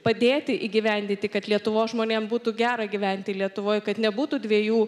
padėti įgyvendinti kad lietuvos žmonėm būtų gera gyventi lietuvoj kad nebūtų dviejų